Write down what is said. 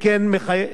אם כן,